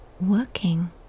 working